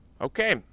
Okay